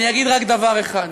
אני אגיד רק דבר אחד: